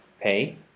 pay